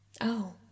Oh